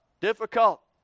difficult